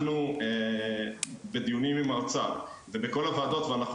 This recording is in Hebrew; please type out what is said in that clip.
אנחנו בדיונים עם האוצר ובכל הוועדות ואנחנו